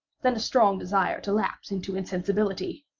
then a strong desire to lapse into insensibility.